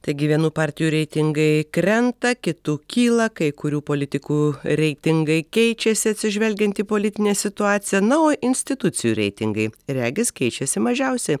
taigi vienų partijų reitingai krenta kitų kyla kai kurių politikų reitingai keičiasi atsižvelgiant į politinę situaciją na o institucijų reitingai regis keičiasi mažiausiai